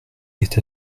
est